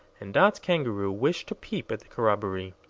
and dot's kangaroo wished to peep at the corroboree.